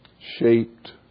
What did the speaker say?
shaped